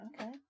okay